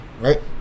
right